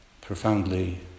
profoundly